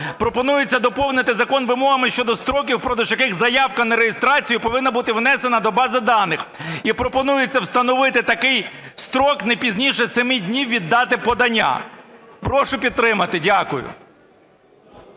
Пропонується доповнити закон вимогами щодо строків, впродовж яких заявка на реєстрацію повинна бути внесена до бази даних. І пропонується встановити такий строк не пізніше 7 днів від дати подання. Прошу підтримати. Дякую.